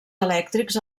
elèctrics